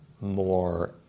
more